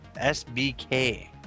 SBK